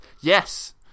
Yes